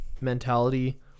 mentality